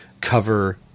cover